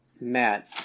Matt